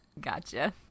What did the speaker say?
Gotcha